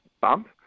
bump